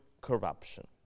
corruption